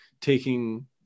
taking